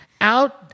out